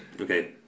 Okay